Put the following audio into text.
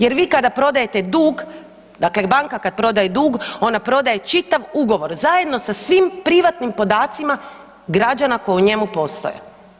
Jer vi kada prodajete dug, dakle banka kad prodaje dug, ona prodaje čitav ugovor zajedno sa svim privatnim podacima građana koji u njemu postoje.